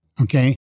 Okay